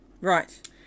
Right